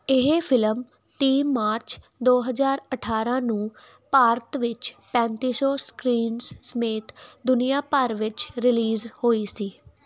ਇਹ ਫ਼ਿਲਮ ਤੀਹ ਮਾਰਚ ਦੋ ਹਜ਼ਾਰ ਅਠਾਰਾਂ ਨੂੰ ਭਾਰਤ ਵਿੱਚ ਪੈਂਤੀ ਸੌ ਸਕ੍ਰੀਨਜ਼ ਸਮੇਤ ਦੁਨੀਆਂ ਭਰ ਵਿੱਚ ਰਿਲੀਜ਼ ਹੋਈ ਸੀ